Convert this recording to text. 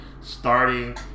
starting